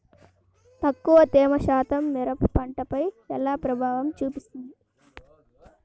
తక్కువ తేమ శాతం మిరప పంటపై ఎలా ప్రభావం చూపిస్తుంది?